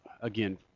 Again